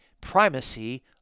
primacy